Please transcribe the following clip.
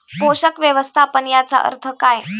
पोषक व्यवस्थापन याचा अर्थ काय?